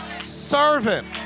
Servant